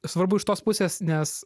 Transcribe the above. svarbu iš tos pusės nes